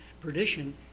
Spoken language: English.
perdition